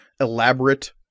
elaborate